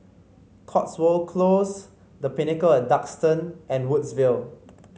Cotswold Close The Pinnacle At Duxton and Woodsville